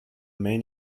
main